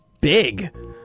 big